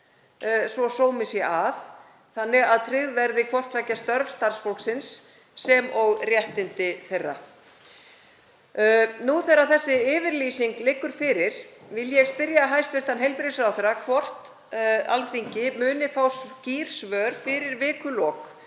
svo sómi sé að þannig að tryggð verði hvort tveggja, störf starfsfólksins sem og réttindi þess. Nú þegar þessi yfirlýsing liggur fyrir vil ég spyrja hæstv. heilbrigðisráðherra hvort Alþingi muni fá skýr svör fyrir vikulok